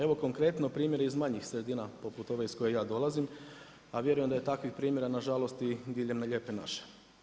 Evo konkretno primjere iz manjih sredina poput ove iz koje ja dolazim, a vjerujem da je takvih primjera na žalost i diljem Lijepe naše.